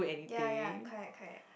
ya ya correct correct